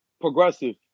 progressive